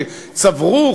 שצברו,